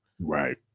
Right